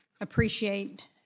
appreciate